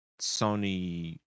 Sony